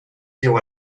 llevó